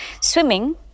swimming